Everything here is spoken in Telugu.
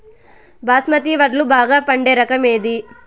బాస్మతి వడ్లు బాగా పండే రకం ఏది